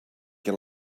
què